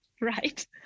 Right